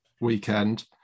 weekend